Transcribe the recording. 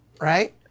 right